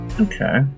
Okay